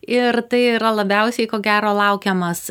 ir tai yra labiausiai ko gero laukiamas